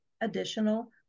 additional